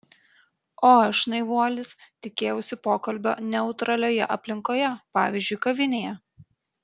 o aš naivuolis tikėjausi pokalbio neutralioje aplinkoje pavyzdžiui kavinėje